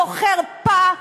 זו חרפה.